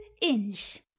inch